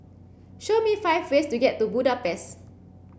show me five ways to get to Budapest